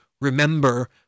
remember